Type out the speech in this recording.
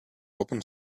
open